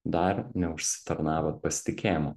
dar neužsitarnavot pasitikėjimo